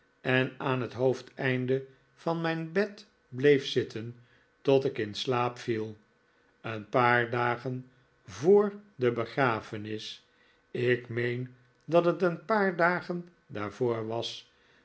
en aan het hoofdeinde van mijn bed bleef zitten tot ik in slaap viel een paar dagen voor de begrafenis ik meen dat het een paar dagen daarvoor was